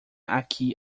aqui